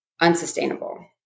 unsustainable